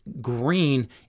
green